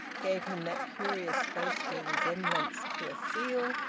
gave him that curious facial resemblance to a seal,